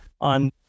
on